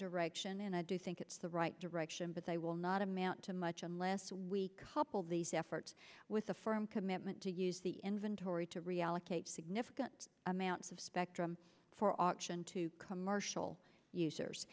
direction and i do think it's the right direction but they will not amount to much unless we coupled these efforts with a firm commitment to use the inventory to reallocate significant amounts of spectrum for auction to commercial users